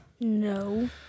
No